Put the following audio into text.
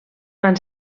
van